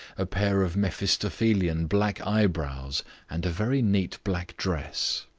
a pair of mephistophelian black eyebrows and a very neat black dress.